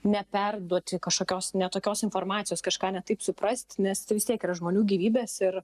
neperduoti kažkokios ne tokios informacijos kažką ne taip suprasti nes vis tiek yra žmonių gyvybės ir